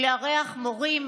ולארח מורים,